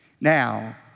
Now